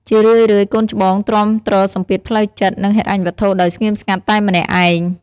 ជារឿយៗ កូនច្បងទ្រាំទ្រសម្ពាធផ្លូវចិត្ត និងហិរញ្ញវត្ថុដោយស្ងៀមស្ងាត់តែម្នាក់ឯង។